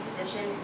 position